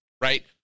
right